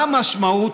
מה המשמעות?